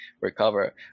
recover